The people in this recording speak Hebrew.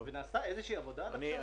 נעשתה איזו עבודה עד עכשיו?